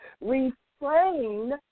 Refrain